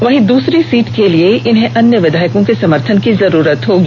वहीं दूसरी सीट के लिए इन्हें अन्य विधायकों के समर्थन की जरूरत होगी